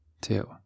two